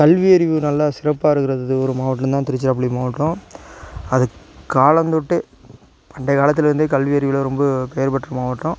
கல்வி அறிவு நல்லா சிறப்பாக இருக்கிறது ஒரு மாவட்டம் தான் திருச்சிராப்பள்ளி மாவட்டம் அது காலந்தொட்டு பண்டைய காலத்தில் இருந்தே கல்வி அறிவில் ரொம்ப பேரு பெற்ற மாவட்டம்